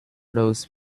those